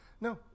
No